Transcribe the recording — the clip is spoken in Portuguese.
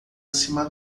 acima